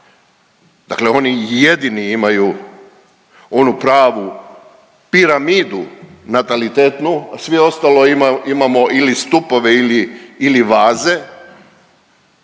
dakle oni jedini imaju onu pravu piramidu natalitetnu, a svi ostali imamo ili stupove ili,